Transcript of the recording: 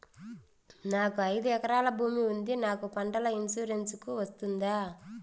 నాకు ఐదు ఎకరాల భూమి ఉంది నాకు పంటల ఇన్సూరెన్సుకు వస్తుందా?